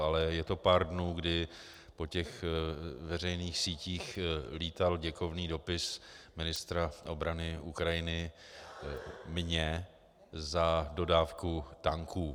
Ale je to pár dnů, kdy po veřejných sítích lítal děkovný dopis ministra obrany Ukrajiny mně za dodávku tanků.